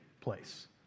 place